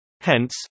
Hence